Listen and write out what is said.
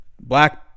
black